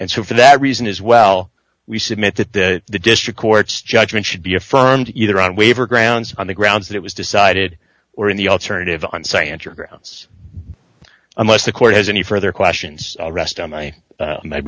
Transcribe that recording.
and so for that reason as well we submit that the the district court's judgment should be affirmed either on waiver grounds on the grounds that it was decided or in the alternative on science or grounds unless the court has any further questions i'll rest on my